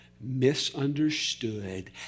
misunderstood